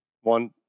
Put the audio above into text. One